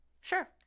Sure